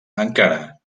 encara